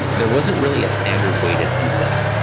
there wasn't really a standard way to do that.